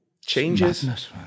Changes